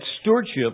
stewardship